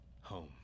home